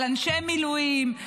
על אנשי מילואים,